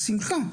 בשמחה,